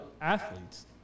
athletes